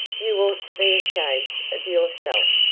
you ought to be ashamed of yourself.